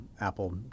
Apple